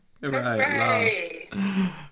Right